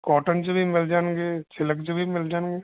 cotton 'ਚ ਵੀ ਮਿਲ ਜਾਣਗੇ ਸਿਲਕ 'ਚ ਵੀ ਮਿਲ ਜਾਣਗੇ